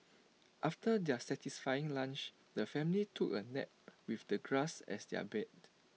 after their satisfying lunch the family took A nap with the grass as their bed